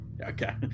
Okay